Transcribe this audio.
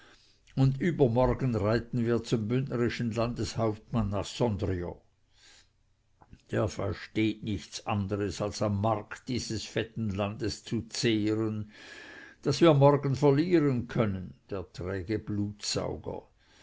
und übermorgen reiten wir zum bündnerischen landeshauptmann nach sondrio er versteht nichts anderes als am mark dieses fetten landes zu zehren das wir morgen verlieren können der träge blutsauger